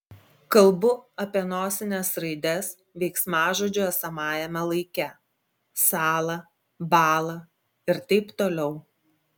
kalbu apie nosines raides veiksmažodžių esamajame laike sąla bąla ir taip toliau